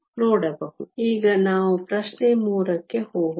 ಈಗ ನಾವು ಪ್ರಶ್ನೆ 3 ಕ್ಕೆ ಹೋಗೋಣ